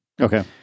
Okay